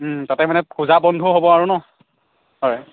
ওম তাতে মানে পূজা বন্ধও হ'ব আৰু ন' হয়